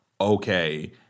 okay